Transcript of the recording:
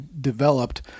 developed